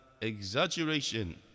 exaggeration